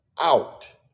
out